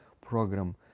program